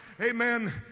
Amen